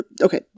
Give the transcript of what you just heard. okay